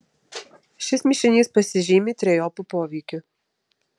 šis mišinys pasižymi trejopu poveikiu